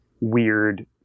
weird